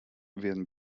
werden